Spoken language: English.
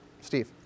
Steve